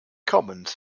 commons